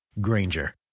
granger